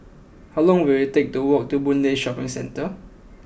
how long will it take to walk to Boon Lay Shopping Centre